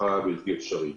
הפכה לבלתי אפשרית.